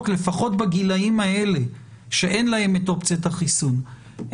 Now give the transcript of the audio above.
לפחות בגילים האלה שאין להם את אופציית החיסון.